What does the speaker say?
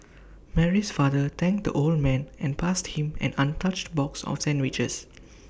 Mary's father thanked the old man and passed him an untouched box of sandwiches